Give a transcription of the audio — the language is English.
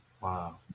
Wow